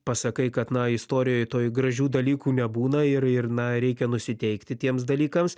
pasakai kad na istorijoj toj gražių dalykų nebūna ir ir na reikia nusiteikti tiems dalykams